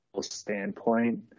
standpoint